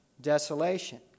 desolation